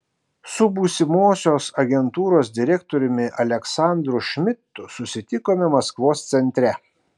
su būsimosios agentūros direktoriumi aleksandru šmidtu susitikome maskvos centre